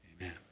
Amen